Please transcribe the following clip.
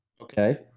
Okay